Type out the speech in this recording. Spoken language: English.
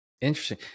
Interesting